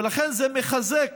ולכן זה מחזק